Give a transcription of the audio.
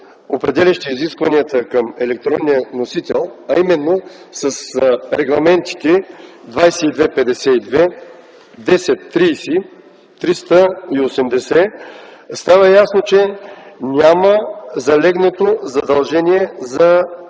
определящи изискванията към електронния носител, а именно с регламентите 22/52, 10/30, 380 става ясно, че няма залегнало задължение за